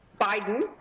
Biden